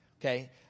okay